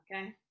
Okay